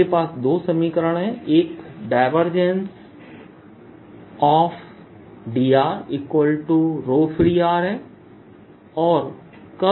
मेरे पास दो समीकरण हैं एक Dfree है और Curl Er0 है